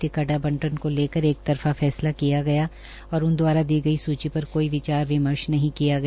ticket आंबटन को लेकर एक तर फा फैसला किया गया और उन द्वारा दी गई सूचि पर कोई विचार विमर्श नहीं किया गया